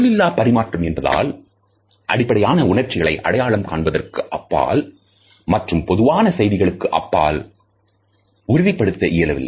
சொல்லில்லா பரிமாற்றம் என்பதால்அடிப்படையான உணர்ச்சிகளை அடையாளம் காண்பதற்கு அப்பால் மற்றும் பொதுவான செய்திகளுக்கு அப்பால் உறுதிப்படுத்த இயலவில்லை